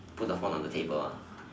put the phone on the table ah